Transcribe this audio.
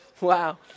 Wow